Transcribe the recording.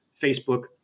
Facebook